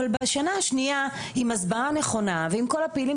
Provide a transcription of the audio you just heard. אבל בשנה השנייה עם הסברה נכונה ועם כל הפעילים